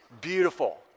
beautiful